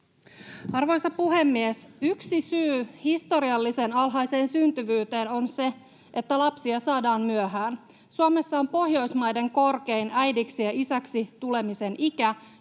Arvoisa puhemies! Yksi syy historiallisen alhaiseen syntyvyyteen on se, että lapsia saadaan myöhään. Suomessa on Pohjoismaiden korkein äidiksi ja isäksi tulemisen ikä